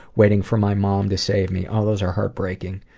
waiting for my mom to save me. oh, those are heartbreaking.